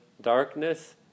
darkness